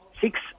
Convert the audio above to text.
six